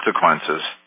consequences